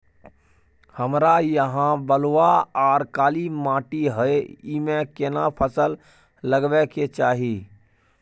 हमरा यहाँ बलूआ आर काला माटी हय ईमे केना फसल लगबै के चाही?